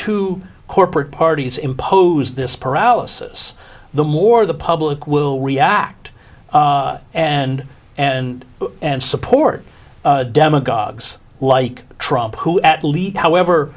two corporate parties impose this paralysis the more the public will react and and and support demagogues like trump who at least however